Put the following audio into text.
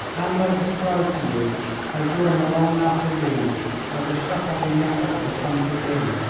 and i described to you how during a long afternoon i was shut up in the attic of a country inn,